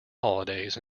holidays